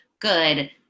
good